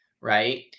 Right